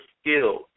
skills